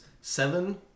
seven